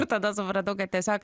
ir tada supratau kad tiesiog